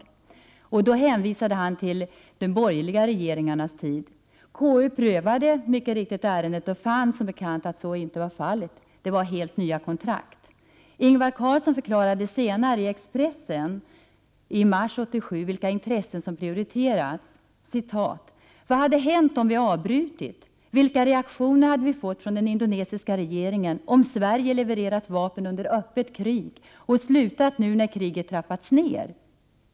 Mats Hellström hänvisade då till vad som skett under de borgerliga regeringarnas tid. KU prövade ärendet och fann, som bekant, att så inte var fallet. Det var fråga om helt nya kontrakt. Ingvar Carlsson förklarade senare, i tidningen Expressen i mars 1987, vilka intressen som prioriterats. ”Vad hade hänt om vi avbrutit? Vilka reaktioner hade vi fått från den indonesiska regeringen om Sverige levererat vapen under öppet krig och slutat nu när kriget trappats ner?